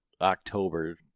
October